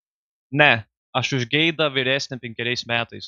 ne aš už geidą vyresnė penkeriais metais